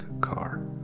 car